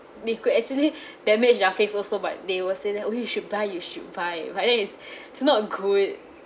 they could actually damage their face also but they will say that oh you should you should buy but then it's it's not good